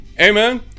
amen